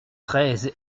treize